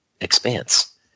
Expanse